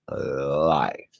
life